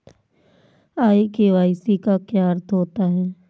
ई KYC का क्या अर्थ होता है?